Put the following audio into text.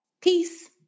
Peace